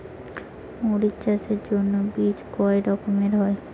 মরিচ চাষের জন্য বীজ কয় রকমের হয়?